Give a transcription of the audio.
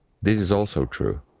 this is also true.